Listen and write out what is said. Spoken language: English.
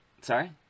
sorry